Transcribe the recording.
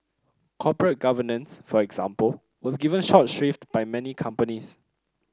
corporate governance for example was given short shrift by many companies